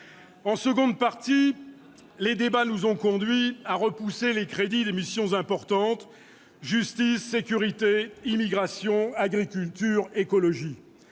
En seconde partie, les débats nous ont conduits à repousser les crédits de missions importantes telles que la justice, la sécurité, l'immigration, l'agriculture et l'écologie.